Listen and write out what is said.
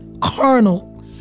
carnal